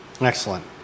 Excellent